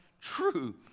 true